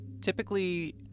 Typically